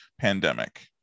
pandemic